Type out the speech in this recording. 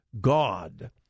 God